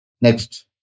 Next